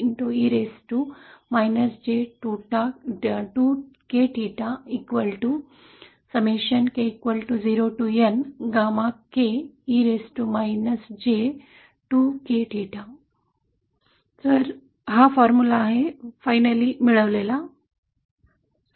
तर हेच सूत्र आहे शेवटी